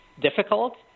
difficult